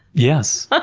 yes, ah